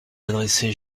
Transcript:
adressait